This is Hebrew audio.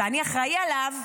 שאני אחראי עליו,